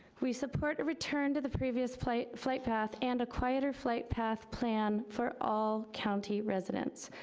we support return to the previous flight flight path and a quieter flight path plan for all county residents.